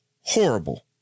horrible